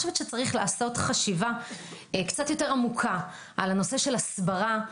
צריך לעשות חשיבה יותר עמוקה על נושא הסברה.